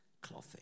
clothing